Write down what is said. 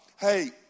hey